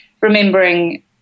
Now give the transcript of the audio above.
remembering